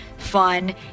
fun